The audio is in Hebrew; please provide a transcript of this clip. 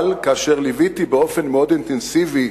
אבל כאשר ליוויתי באופן אינטנסיבי